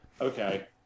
Okay